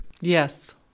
Yes